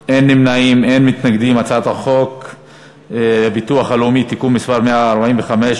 את הצעת חוק הביטוח הלאומי (תיקון מס' 145,